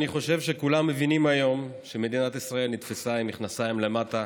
אני חושב שכולם מבינים היום שמדינת ישראל נתפסה עם המכנסיים למטה